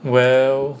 well